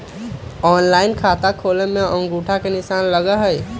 Online खाता खोले में अंगूठा के निशान लगहई?